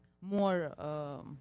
more